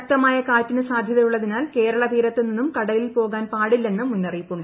ശക്തമായ കാറ്റിന് സാധ്യതയുള്ളതിനാൽ കേരളതീരത്തു നിന്നും കടലിൽ പോകാൻ പാടില്ലെന്നും മുന്നറിയിപ്പുണ്ട്